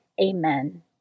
Amen